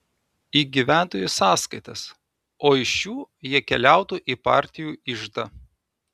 į gyventojų sąskaitas o iš šių jie keliautų į partijų iždą